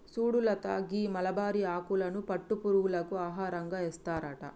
సుడు లత గీ మలబరి ఆకులను పట్టు పురుగులకు ఆహారంగా ఏస్తారట